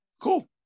cool